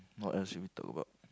what else should we talk about